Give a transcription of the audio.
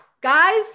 guys